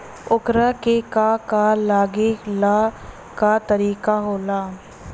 ओकरा के का का लागे ला का तरीका होला?